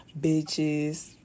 bitches